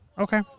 Okay